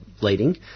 leading